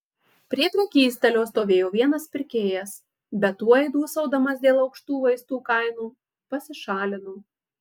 prie prekystalio stovėjo vienas pirkėjas bet tuoj dūsaudamas dėl aukštų vaistų kainų pasišalino